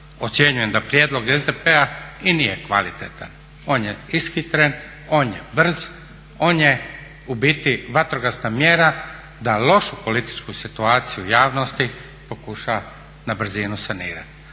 ocjenjujem da prijedlog SDP-a i nije kvalitetan. On je ishitren, on je brz, on je u biti vatrogasna mjera da lošu političku situaciju u javnosti pokuša na brzinu sanirati.